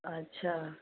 अच्छा